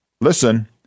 Listen